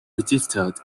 registered